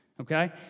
Okay